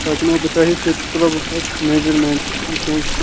پَتہٕ یِمو بہٕ تۄہہِ تیٚلہِ تُلہو بہٕ پَتہٕ میجرمینٛٹ تہٕ وُچھہون